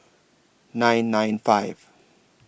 nine nine five